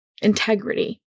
integrity